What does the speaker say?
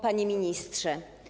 Panie Ministrze!